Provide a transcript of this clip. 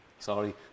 Sorry